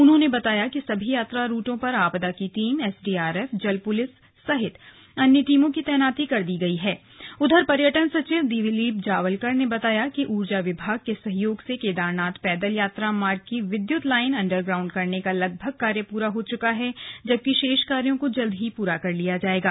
उन्होंने बताया कि सभी यात्रा रूटों पर आपदा की टीम एसडीआरएफ जल पुलिस सहित अन्य टीमों की तैनाती कर दी गई ळें उधर पर्यटन सचिव दिलीप जवालकर ने बताया कि ऊर्जा विभाग के सहयोग से केदारनाथ पैदल यात्रा मार्ग की विद्युत लाइन अंडर ग्राउंड करने का लगभग कार्य पूरा हो चुका है जबकि शेष कार्यो को जल्द ही पूरा कर लिया जायेगा